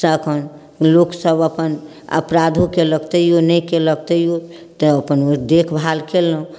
से एखन लोकसब अपन अपराधो केलक तैओ नहि केलक तैओ तऽ अपन ओ देखभाल केलहुँ